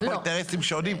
יש פה אינטרסים שונים,